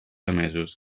emesos